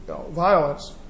violence